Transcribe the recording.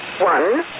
one